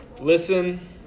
listen